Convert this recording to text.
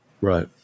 Right